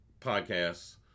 Podcasts